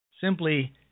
simply